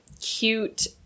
cute